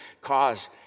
cause